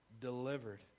delivered